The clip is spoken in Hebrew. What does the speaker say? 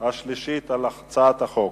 שלישית על הצעת החוק.